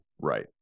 Right